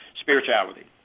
spirituality